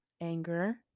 anger